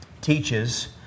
teaches